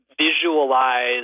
visualize